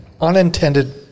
unintended